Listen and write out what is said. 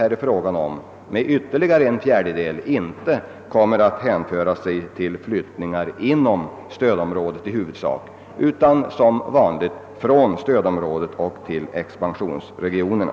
Jag tror inte att den stora ökningen med en fjärdedel i huvudsak kommer att hän föras till flyttningar inom stödområden, utan som vanligt till flyttningar från stödområden till expansionsregionerna.